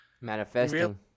Manifesting